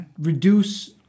reduce